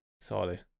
sorry